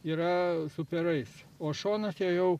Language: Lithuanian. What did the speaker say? yra su perais o šonuose jau